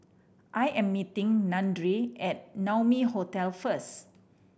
I am meeting Dandre at Naumi Hotel first